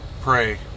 pray